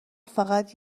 فقط